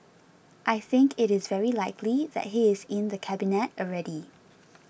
I think it is very likely that he is in the Cabinet already